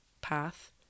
path